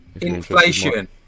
Inflation